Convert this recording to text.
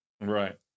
Right